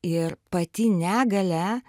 ir pati negalia